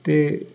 ते